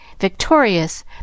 victorious